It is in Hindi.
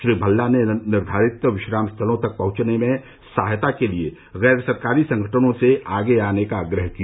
श्री भल्ला ने निर्धारित विश्राम स्थलों तक पहुंचने में सहायता के लिए गैर सरकारी संगठनों से आगे आने का आग्रह किया